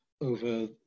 over